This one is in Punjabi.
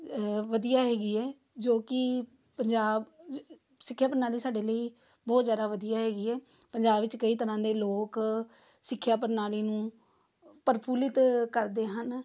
ਵਧੀਆ ਹੈਗੀ ਹੈ ਜੋ ਕਿ ਪੰਜਾਬ ਸਿੱਖਿਆ ਪ੍ਰਣਾਲੀ ਸਾਡੇ ਲਈ ਬਹੁਤ ਜ਼ਿਆਦਾ ਵਧੀਆ ਹੈਗੀ ਹੈ ਪੰਜਾਬ ਵਿੱਚ ਕਈ ਤਰ੍ਹਾਂ ਦੇ ਲੋਕ ਸਿੱਖਿਆ ਪ੍ਰਣਾਲੀ ਨੂੰ ਪ੍ਰਫੁੱਲਿਤ ਕਰਦੇ ਹਨ